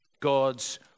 God's